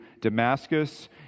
Damascus